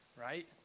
right